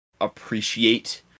appreciate